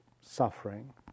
suffering